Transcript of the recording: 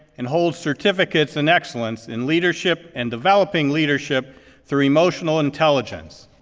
and holds certificates in excellence in leadership and developing leadership through emotional intelligence.